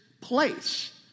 place